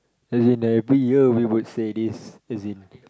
as in every year we would say this as in